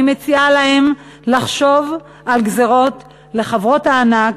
מציעה להם לחשוב על גזירות לחברות הענק,